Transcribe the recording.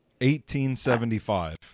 1875